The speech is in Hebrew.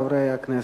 חברי חברי הכנסת,